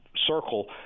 circle